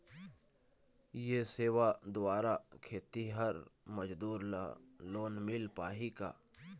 ये सेवा द्वारा खेतीहर मजदूर ला लोन मिल पाही का?